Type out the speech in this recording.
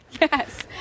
Yes